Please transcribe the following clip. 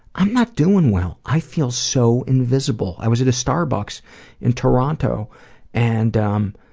i'm not doing well. i feel so invisible. i was at a starbucks in toronto and um